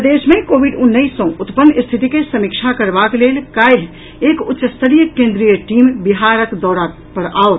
प्रदेश मे कोविड उन्नैस सँ उत्पन्न स्थिति के समीक्षा करबाक लेल काल्हि एक उच्च स्तरीय केन्द्रीय टीम बिहार दौरा पर आओत